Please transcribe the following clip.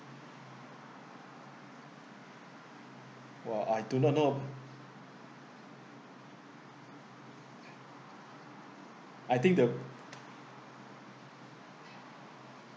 !wah! I do not know I think the